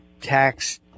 tax